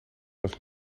was